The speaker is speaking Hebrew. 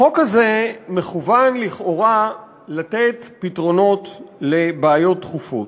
החוק הזה מכוון לכאורה לתת פתרונות לבעיות דחופות.